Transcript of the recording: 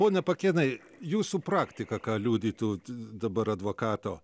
pone pakėnai jūsų praktika ką liudytų dabar advokato